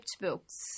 books